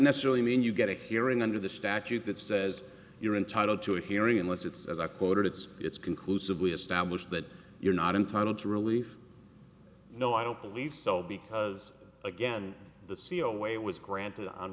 necessarily mean you get a hearing under the statute that says you're entitled to a hearing unless it's as i quoted it's it's conclusively established that you're not entitled to relief no i don't believe so because again the c e o way was granted on